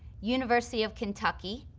university of kentucky,